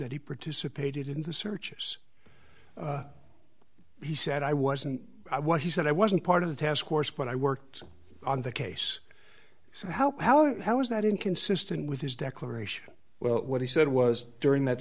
that he participated in the searches he said i wasn't i what he said i wasn't part of the task force but i worked on the case so how how it how is that inconsistent with his declaration well what he said was during that